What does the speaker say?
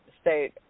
state